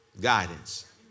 guidance